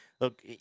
Look